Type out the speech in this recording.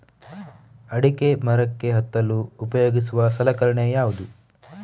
ಅಡಿಕೆ ಮರಕ್ಕೆ ಹತ್ತಲು ಉಪಯೋಗಿಸುವ ಸಲಕರಣೆ ಯಾವುದು?